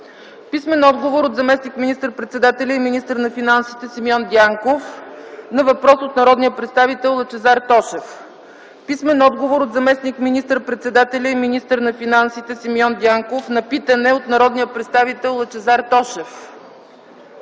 следва: - от заместник министър-председателя и министър на финансите Симеон Дянков на въпрос от народния представител Лъчезар Тошев; - от заместник министър-председателя и министър на финансите Симеон Дянков на питане от народния представител Лъчезар Тошев;